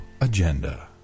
Agenda